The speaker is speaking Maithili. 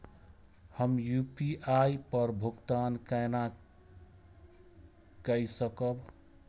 हम यू.पी.आई पर भुगतान केना कई सकब?